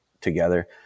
together